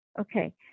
Okay